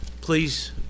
Please